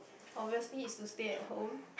obviously is to stay at home